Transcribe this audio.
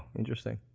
interesting.